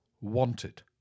wanted